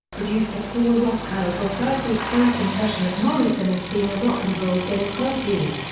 producer paul rothchild refers his first impression of morrison as being a rock and roll bing crosby.